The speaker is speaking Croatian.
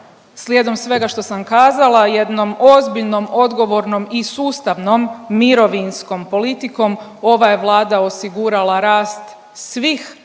Slijedom svega što sam kazala, jednom ozbiljnom, odgovornom i sustavnom mirovinskom politikom ova je Vlada osigurala rast svih